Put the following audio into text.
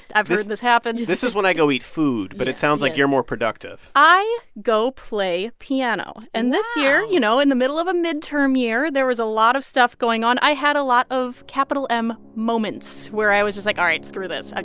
i've heard this happens this is when i go eat food, but it sounds like you're more productive i go play piano wow and this year, you know, in the middle of a midterm year, there a lot of stuff going on. i had a lot of capital m moments where i was just like, all right. screw this. ah